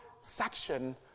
section